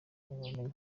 babamenye